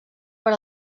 per